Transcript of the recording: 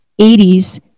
80s